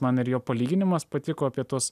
man ir jo palyginimas patiko apie tuos